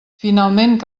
finalment